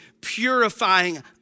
purifying